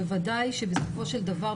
בוודאי שבסופו של דבר,